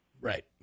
Right